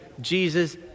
Jesus